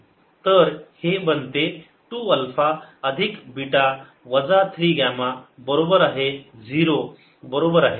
तर हे बनते 2 अल्फा अधिक बीटा वजा 3 ग्यामा बरोबर आहे 0 बरोबर आहे